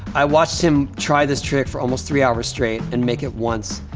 i watched him try this trick for almost three hours straight and make it once,